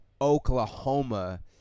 Oklahoma